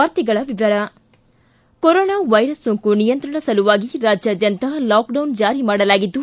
ವಾರ್ತೆಗಳ ವಿವರ corona virus ಸೋಂಕು ನಿಯಂತ್ರಣ ಸಲುವಾಗಿ ರಾಜ್ಞಾದ್ಯಂತ ಲಾಕ್ಡೌನ್ ಜಾರಿ ಮಾಡಲಾಗಿದ್ದು